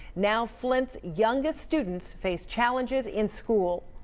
now flint's youngest students face challenges in school.